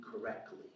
correctly